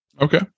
okay